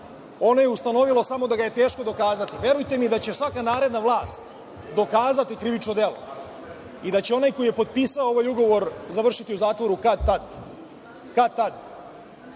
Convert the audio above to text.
Ona je ustanovila samo da ga je teško dokazati. Verujte mi da će svaka naredna vlast dokazati krivično delo i da će onaj ko je potpisao ovaj ugovor završiti u zatvoru kad tad. Milijarde